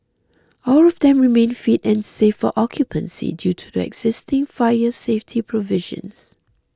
all of them remain fit and safe for occupancy due to their existing fire safety provisions